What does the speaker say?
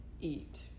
eat